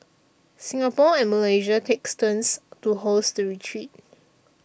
Singapore and Malaysia takes turns to host the retreat